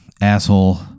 asshole